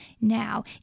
now